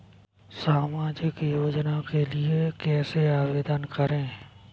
सामाजिक योजना के लिए कैसे आवेदन करें?